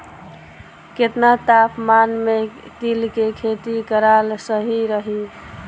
केतना तापमान मे तिल के खेती कराल सही रही?